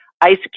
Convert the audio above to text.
ice